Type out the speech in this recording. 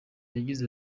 yagize